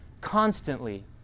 constantly